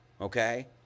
okay